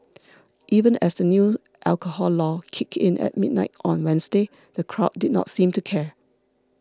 even as the new alcohol law kicked in at midnight on Wednesday the crowd did not seem to care